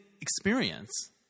experience